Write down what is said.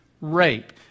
rape